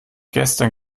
gestern